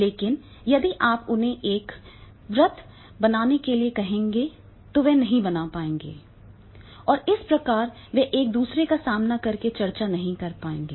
लेकिन यदि आप उन्हें एक वृत्त बनाने के लिए कहेंगे तो वेएक वृत्त नहीं बना पाएंगे और इस प्रकार वे एक दूसरे का सामना करके चर्चा नहीं कर पाएंगे